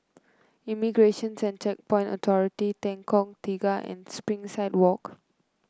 Immigration and Checkpoints Authority Lengkok Tiga and Springside Walk